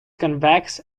convex